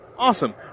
Awesome